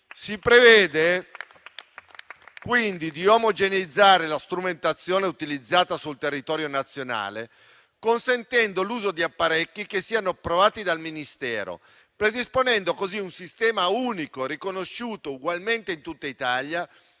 Si prevede quindi di omogeneizzare la strumentazione utilizzata sul territorio nazionale, consentendo l'uso di apparecchi che siano approvati dal Ministero, predisponendo così un sistema unico, riconosciuto ugualmente in tutta Italia,